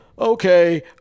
Okay